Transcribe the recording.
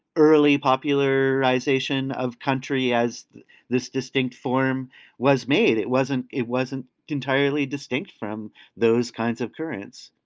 early popular ization of country as this distinct form was made it wasn't it wasn't entirely distinct from those kinds of currents